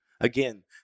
Again